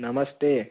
નમસ્તે